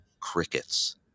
crickets